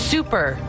Super